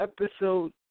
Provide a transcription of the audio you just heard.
Episode